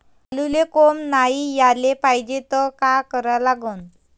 आलूले कोंब नाई याले पायजे त का करा लागन?